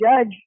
judge